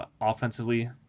offensively